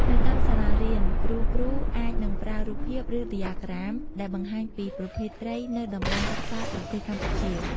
នៅតាមសាលារៀន គ្រូៗអាចនឹងប្រើរូបភាព ឬដ្យាក្រាមដែលបង្ហាញពីប្រភេទត្រីនៅតំបន់ទឹកសាបប្រទេសកម្ពុជា។